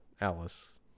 Alice